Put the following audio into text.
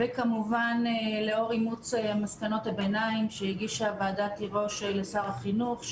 וכמובן לאור אימוץ מסקנות הביניים שהגישה ועדת תירוש לשר החינוך,